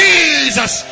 Jesus